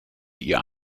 ihr